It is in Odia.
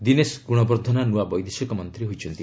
ଦିନେଶ ଗୁଣବର୍ଦ୍ଧନା ନ୍ତଆ ବୈଦେଶିକ ମନ୍ତ୍ରୀ ହୋଇଛନ୍ତି